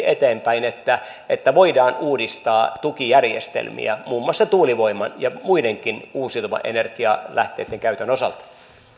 eteenpäin niin nopeasti että voidaan uudistaa tukijärjestelmiä muun muassa tuulivoiman ja muidenkin uusiutuvien energialähteitten käytön osalta